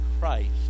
Christ